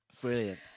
brilliant